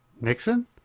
Nixon